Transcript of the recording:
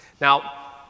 Now